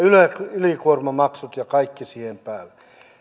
ylikuormamaksut ja kaikki siihen päälle